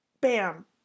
bam